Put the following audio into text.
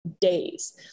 days